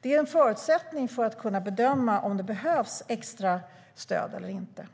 Det är en förutsättning för att kunna bedöma om det behövs extra stöd eller inte.